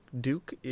Duke